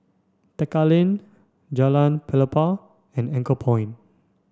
Tekka Lane Jalan Pelepah and Anchorpoint